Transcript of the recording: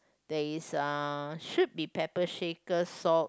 there is uh should be pepper shakers salt